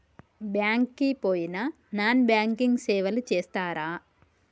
Bank కి పోయిన non banking సేవలు చేస్తరా?